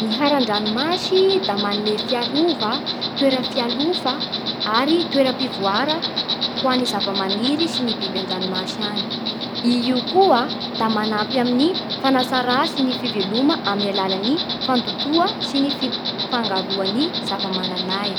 Ny haran-dranomasy da manome fiarova, toera fialofa, ary toera-pivoara ho an'ny zava-maniry sy ny biby an-dranomasy agny. Io koa da manampy amin'ny fanatsara sy ny fiveloma amin'ny alalan'ny fandotoa sy ny fi- fangaroan'ny zava-manan'ay.